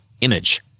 Image